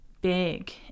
big